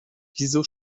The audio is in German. wieso